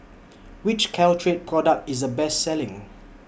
Which Caltrate Product IS The Best Selling